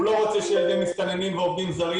הוא לא רוצה שילדי מסתננים ועובדים זרים